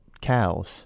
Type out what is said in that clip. cows